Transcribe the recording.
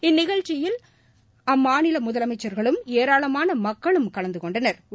இந்நிகழ்ச்சிகளில் அம்மாநிலமுதலமைச்சா்களும் ஏராளமானமக்களும் கலந்துகொண்டனா்